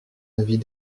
avis